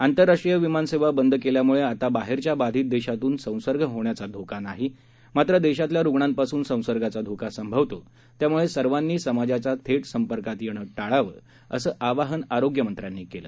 आंतरराष्ट्रीय विमानसेवा बंद केल्यामुळे आता बाहेरच्या बाधित देशातून संसर्ग होण्याचा धोका नाही मात्र देशातल्या रुग्णांपासून संसर्गाचा धोका संभवतो त्यामुळे सर्वांनी समाजाच्या थेट संपर्कात येणं टाळावं असं आवाहन आरोग्यमंत्र्यांनी केलं